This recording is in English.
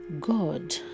God